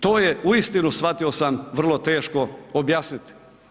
To je uistinu shvatio sam vrlo teško objasniti.